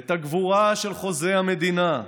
ואת הגבורה של חוזי המדינה,